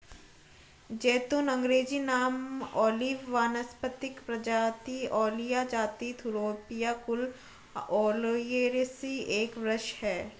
ज़ैतून अँग्रेजी नाम ओलिव वानस्पतिक प्रजाति ओलिया जाति थूरोपिया कुल ओलियेसी एक वृक्ष है